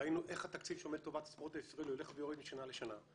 ראינו איך התקציב שעומד לטובת הספורט הישראלי הולך ויורד משנה לשנה,